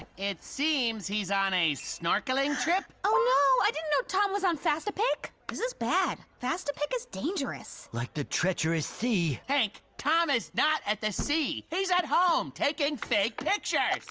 it seems, he's on a snorkeling trip. oh no, i didn't know tom was on fastapic. this is bad. fastapic is dangerous. like the treacherous sea, hank, tom is not at the sea! he's at home taking fake pictures.